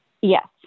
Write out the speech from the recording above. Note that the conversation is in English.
Yes